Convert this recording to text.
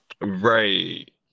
Right